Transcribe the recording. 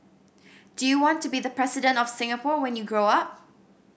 do you want to be the President of Singapore when you grow up